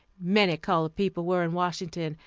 many colored people were in washington,